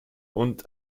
und